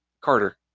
Carter